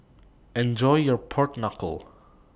Enjoy your Pork Knuckle